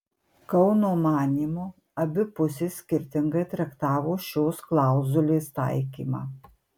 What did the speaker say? kauno manymu abi pusės skirtingai traktavo šios klauzulės taikymą